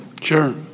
Sure